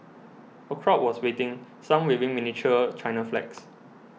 a crowd was waiting some waving miniature China flags